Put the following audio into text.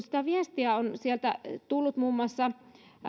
sitä viestiä on sieltä tullut muun muassa